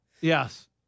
yes